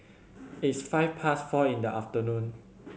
its five past four in the afternoon